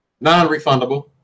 non-refundable